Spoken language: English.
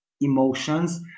emotions